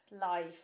life